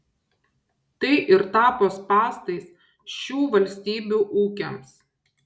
tai ir tapo spąstais šių valstybių ūkiams